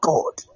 God